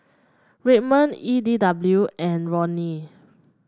Redmond E D W and Roni